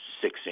six